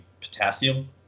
potassium